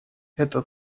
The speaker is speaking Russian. эта